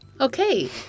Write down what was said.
Okay